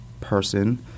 person